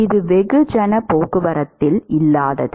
இது வெகுஜன போக்குவரத்தில் இல்லாதது